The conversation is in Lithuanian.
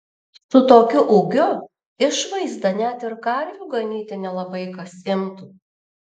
su tokiu ūgiu išvaizda net ir karvių ganyti nelabai kas imtų